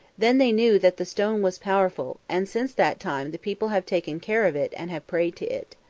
then they knew that the stone was powerful, and since that time the people have taken care of it and have prayed to it.